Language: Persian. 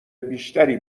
بیشتری